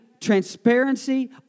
transparency